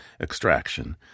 extraction